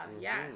Yes